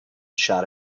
shot